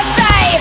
say